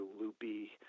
loopy